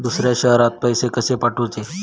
दुसऱ्या शहरात पैसे कसे पाठवूचे?